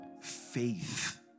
faith